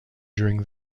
during